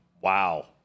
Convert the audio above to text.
wow